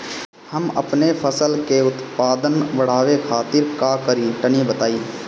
हम अपने फसल के उत्पादन बड़ावे खातिर का करी टनी बताई?